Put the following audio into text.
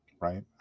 right